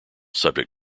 subject